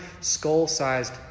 skull-sized